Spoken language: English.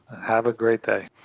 have a great day.